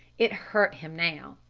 it hurt him now.